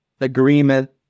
agreement